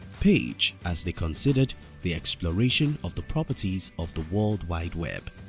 page as they considered the exploration of the properties of the world wide web.